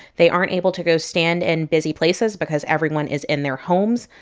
they aren't able to go stand in busy places because everyone is in their homes.